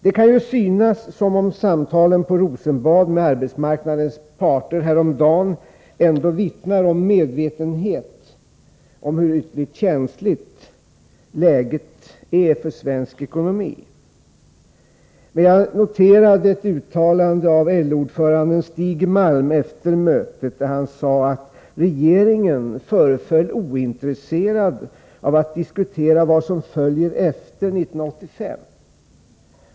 Det kan synas som om samtalen med arbetsmarknadens parter på Rosenbad häromdagen ändå vittnar om medvetenhet om hur ytterligt känsligt läget är för svensk ekonomi. Men jag noterade ett uttalande av LO-ordföranden Stig Malm efter mötet. Han sade att regeringen föreföll ointresserad av att diskutera vad som följer efter 1985.